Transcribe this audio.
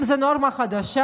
אם זאת נורמה חדשה,